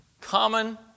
Common